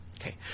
okay